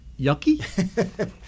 yucky